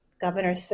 Governor